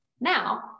Now